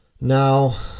Now